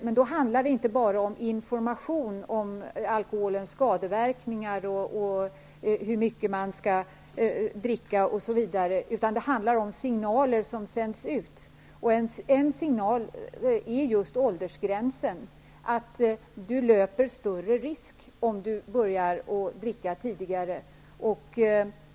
Men då handlar det inte bara om information om alkoholens skadeverkningar och om hur mycket man skall dricka, osv., utan det handlar om de signaler som sänds ut. En signal är just åldersgränsen: Du löper större risk om du börjar dricka tidigare.